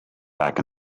back